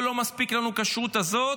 יגידו שלא מספיקה הכשרות הזאת,